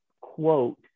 quote